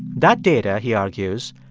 that data, he argues,